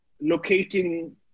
locating